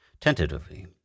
Tentatively